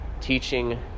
teaching